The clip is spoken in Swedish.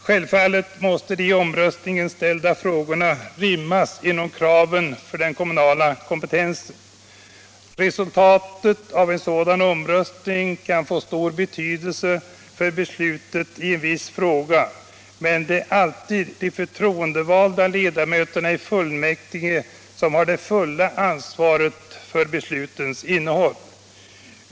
Självfallet måste de i omröstningen ställda frågorna rymmas inom ramen för den kommunala kompetensen. Resultatet av en sådan omröstning kan få stor betydelse för beslutet i en viss fråga, men det är alltid de förtroendevalda ledamöterna i fullmäktige som har det fulla ansvaret för beslutets innehåll.